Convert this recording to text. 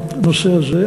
הנושא הזה,